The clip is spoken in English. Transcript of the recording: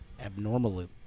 abnormally-